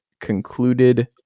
concluded